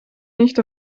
nicht